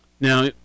Now